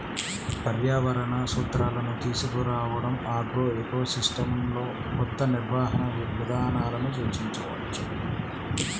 పర్యావరణ సూత్రాలను తీసుకురావడంఆగ్రోఎకోసిస్టమ్లోకొత్త నిర్వహణ విధానాలను సూచించవచ్చు